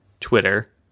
Twitter